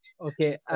Okay